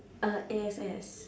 uh A_X_S